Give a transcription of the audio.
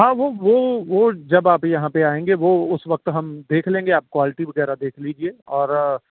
ہاں وہ وہ وہ جب آپ یہاں پہ آئیں گے وہ اس وقت ہم دیکھ لیں گے آپ کوالٹی وغیرہ دیکھ لیجیے اور